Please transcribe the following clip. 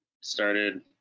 started